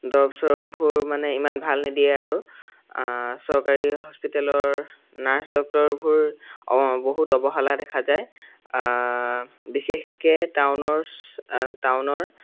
দৰৱ চৰৱবোৰ মানে ইমান ভাল নিদিয়ে আৰু চৰকাৰী হস্পিতেলৰ নাৰ্ছ ডক্টৰবোৰ অঁ বহুত অৱহালা দেখা যায় বিশেষকৈ টাউনৰ ছ টাউনৰ